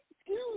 Excuse